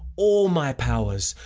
all my powers,